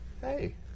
hey